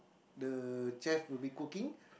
the chef will be cooking